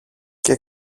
και